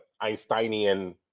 Einsteinian